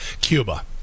Cuba